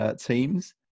teams